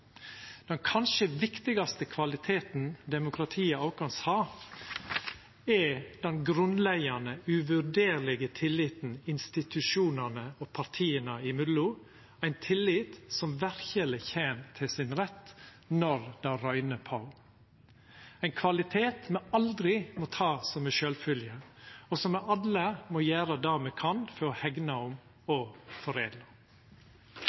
Den kanskje viktigaste kvaliteten demokratiet vårt har, er den grunnleggjande, uvurderlege tilliten mellom institusjonane og partia – ein tillit som verkeleg kjem til sin rett når det røyner på, ein kvalitet me aldri må ta som ei sjølvfylgje, og som me alle må gjera det me kan for å hegna om